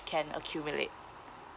can accumulate